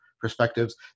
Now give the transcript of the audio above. perspectives